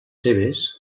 seves